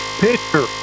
picture